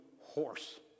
horse